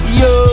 yo